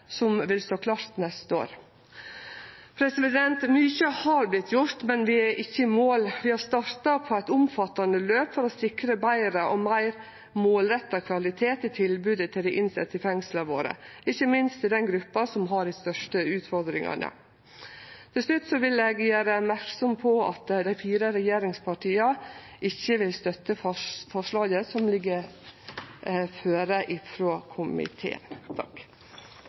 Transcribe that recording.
som vil stå klart neste år. Mykje har vorte gjort, men vi er ikkje i mål. Vi har starta på eit omfattande løp for å sikre betre og meir målretta kvalitet i tilbodet til dei innsette i fengsla våre, ikkje minst til den gruppa som har dei største utfordringane. Til slutt vil eg gjere merksam på at dei fire regjeringspartia ikkje vil støtte forslaget som ligg føre frå komiteen.